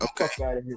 Okay